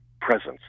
presence